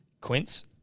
Quince